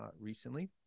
recently